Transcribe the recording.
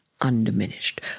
undiminished